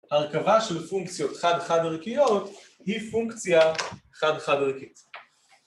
הרכבה של פונקציות חד-חד ערכיות היא פונקציה חד-חד ערכית